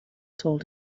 told